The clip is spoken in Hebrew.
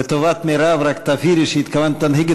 לטובת מירב רק תבהירי שב"תנהיג את